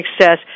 Success